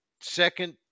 second